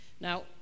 Now